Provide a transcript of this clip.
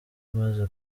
maze